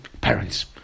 parents